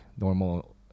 normal